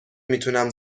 میتونم